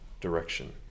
direction